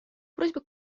просьба